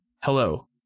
hello